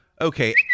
Okay